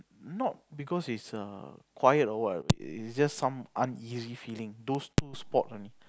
not because it's err quiet or what is just some uneasy feeling those two spot only